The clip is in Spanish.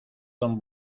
don